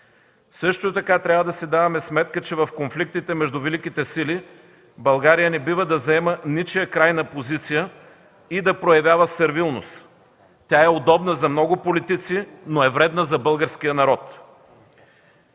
Също така трябва да си даваме сметка, че в конфликтите между Великите сили България не бива да заема ничия крайна позиция и да проявява сервилност. Тя е удобна за много политици, но е вредна за българския народ.